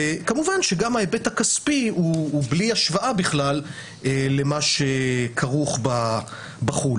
כמובן שגם ההיבט הכספי הוא בלי השוואה בכלל למה שכרוך בחו"ל.